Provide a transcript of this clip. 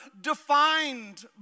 defined